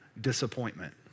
Disappointment